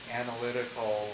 analytical